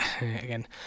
again